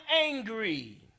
angry